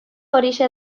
horixe